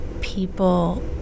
people